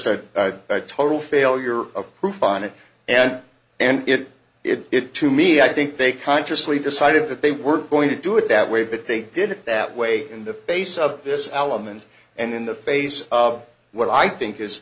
a total failure of proof on it and and it it to me i think they consciously decided that they weren't going to do it that way but they did it that way in the face of this alum and and in the face of what i think is